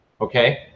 Okay